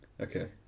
Okay